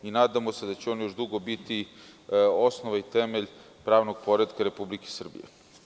Nadamo se da će on još dugo biti osnov i temelj pravnog poretka Republike Srbije.